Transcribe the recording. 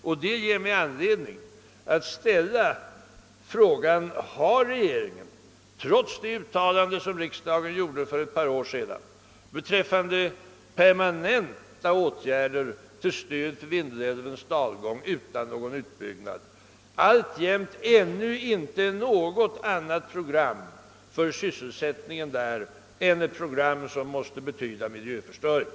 Och det ger mig anledning ställa frågan: Har regeringen trots det uttalande som riksdagen gjorde för ett par år sedan rörande permanenta åtgärder till stöd för Vindelälvens dalgång utan någon utbyggnad av vattenkraften ännu inte något annat program för sysselsättningen där än ett som måste betyda miljöförstöring?